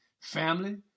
Family